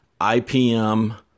ipm